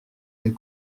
les